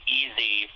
easy